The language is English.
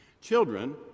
Children